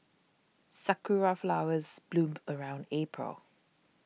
sakura flowers bloom around April